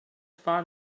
find